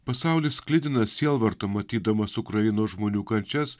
pasaulis sklidinas sielvarto matydamas ukrainos žmonių kančias